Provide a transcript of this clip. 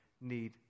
need